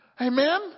Amen